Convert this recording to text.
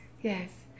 yes